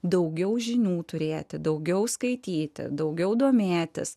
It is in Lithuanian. daugiau žinių turėti daugiau skaityti daugiau domėtis